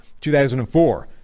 2004